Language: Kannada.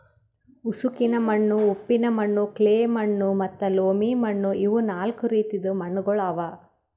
ಉಸುಕಿನ ಮಣ್ಣು, ಉಪ್ಪಿನ ಮಣ್ಣು, ಕ್ಲೇ ಮಣ್ಣು ಮತ್ತ ಲೋಮಿ ಮಣ್ಣು ಇವು ನಾಲ್ಕು ರೀತಿದು ಮಣ್ಣುಗೊಳ್ ಅವಾ